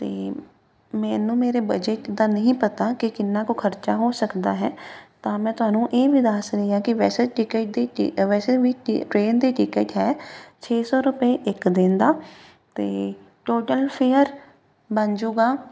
ਅਤੇ ਮੈਨੂੰ ਮੇਰੇ ਬਜੇਟ ਦਾ ਨਹੀਂ ਪਤਾ ਕਿ ਕਿੰਨਾ ਕੁ ਖਰਚਾ ਹੋ ਸਕਦਾ ਹੈ ਤਾਂ ਮੈਂ ਤੁਹਾਨੂੰ ਇਹ ਵੀ ਦੱਸ ਰਹੀ ਹਾਂ ਕਿ ਵੈਸੇ ਟਿਕਟ ਦੀ ਵੈਸੇ ਵੀ ਟਰੇਨ ਦੀ ਟਿਕਟ ਹੈ ਛੇ ਸੌ ਰੁਪਏ ਇੱਕ ਦਿਨ ਦਾ ਅਤੇ ਟੋਟਲ ਫੇਅਰ ਬਣ ਜਾਊਗਾ